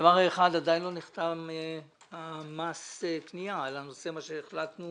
דבר אחד, עדיין לא נחתם מס רכוש על הנושא שהחלטנו